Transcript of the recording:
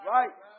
Right